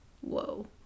Whoa